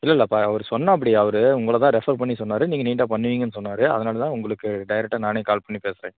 இல்லை இல்லைப்பா அவர் சொன்னாப்படி அவர் உங்களை தான் ரெஃபர் பண்ணி சொன்னார் நீங்கள் நீட்டாக பண்ணுவீங்கன்னு சொன்னார் அதனால் தான் உங்களுக்கு டைரக்டா நானே கால் பண்ணி பேசுகிறேன்